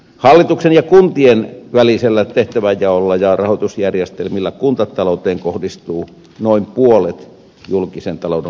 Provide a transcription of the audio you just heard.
hallituksen ja kuntien välisellä tehtävänjaolla ja rahoitusjärjestelmillä kuntatalouteen kohdistuu noin puolet julkisen talouden kestävyysvajeesta